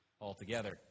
altogether